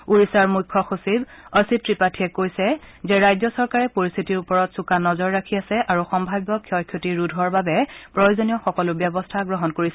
ওডিশাৰ মুখ্য সচিব অচিৎ ত্ৰিপাঠীয়ে কৈছে যে ৰাজ্য চৰকাৰে পৰিস্থিতিৰ ওপৰত চোকা নজৰ ৰাখি আছে আৰু সম্ভাৱ্য ক্ষয় ক্ষতি ৰোধৰ বাবে প্ৰয়োজনীয় সকলো ব্যৱস্থা গ্ৰহণ কৰিছে